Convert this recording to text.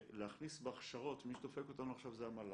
להכניס בהכשרות מי שדופק אותנו עכשיו זה המל"ג,